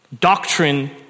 doctrine